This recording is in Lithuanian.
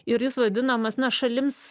ir jis vadinamas na šalims